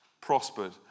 prospered